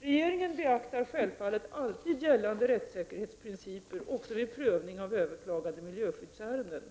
Regeringen beaktar självfallet alltid gällande rättssäkerhetsprinciper också vid prövning av överklagade miljöskyddsärenden.